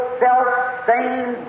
self-same